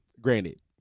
Granted